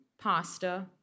pasta